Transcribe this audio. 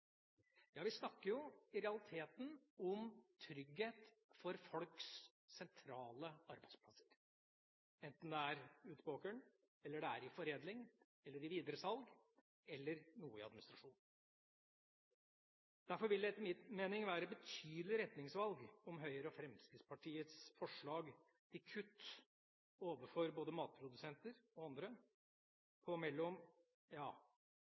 Ja, vi snakker i realiteten om trygghet for folks sentrale arbeidsplasser – enten det er ute på åkeren, eller det er i foredling, i videresalg eller noe i administrasjon. Derfor er det etter min mening et betydelig retningsvalg i Høyres og Fremskrittspartiets forslag til kutt overfor både matprodusenter og